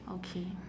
okay